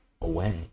away